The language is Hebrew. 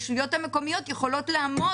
חושבת שזאת הוראת שעה חיונית וחשובה שצריכה לעבור.